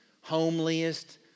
homeliest